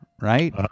Right